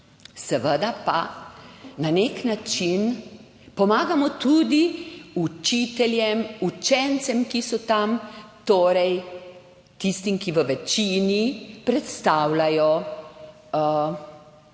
seveda pa na nek način pomagamo tudi učiteljem, učencem, ki so tam, torej tistim, ki v večini predstavljajo